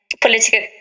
political